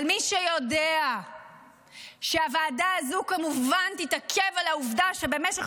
אבל מי שיודע שהוועדה הזו כמובן תתעכב על העובדה שבמשך